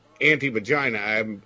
anti-vagina